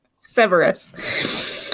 severus